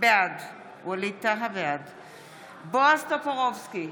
בעד בועז טופורובסקי,